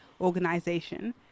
organization